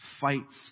fights